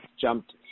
jumped